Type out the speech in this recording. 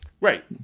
Right